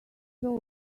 saw